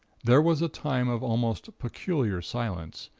there was a time of almost peculiar silence,